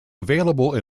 available